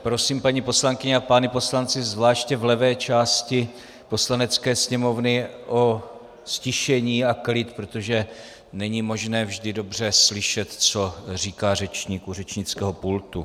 Prosím paní poslankyně a pány poslance zvláště v levé části Poslanecké sněmovny o ztišení a klid, protože není možné vždy dobře slyšet, co říká řečník u řečnického pultu.